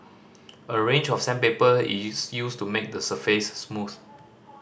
a range of sandpaper is used to make the surface smooth